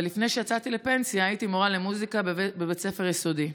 ולפני שיצאתי לפנסיה הייתי מורה למוזיקה בבית ספר יסודי.